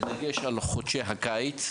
בדגש על חודשי הקיץ.